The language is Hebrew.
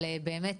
אבל באמת,